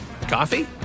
coffee